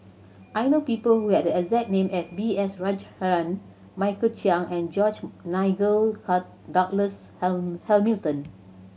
I know people who have the exact name as B S Rajhans Michael Chiang and George Nigel Douglas Hamilton